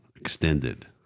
extended